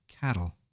cattle